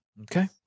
okay